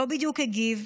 לא בדיוק הגיב,